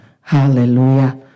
Hallelujah